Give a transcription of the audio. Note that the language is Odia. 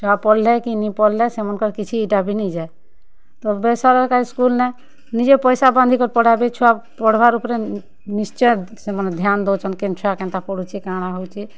ଛୁଆ ପଢ଼୍ଲେ କି ନାଇ ପଢ଼୍ଲେ ସେମାନ୍କେ କିଛି ଇ'ଟା ବି ନାଇ ଯାଏ ତ ବେସରକାରୀ ସ୍କୁଲ୍ନେ ନିଜେ ପଇସା ବାନ୍ଧିକରି ପଢ଼ାବେ ଛୁଆ ପଢ଼ବାର୍ ଉପ୍ରେ ନିଶ୍ଚୟ ସେମାନେ ଧ୍ୟାନ୍ ଦେଉଛନ୍ କେନ୍ ଛୁଆ କେନ୍ତା ପଢୁଛେ କା'ଣା ହେଉଛେ